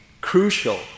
crucial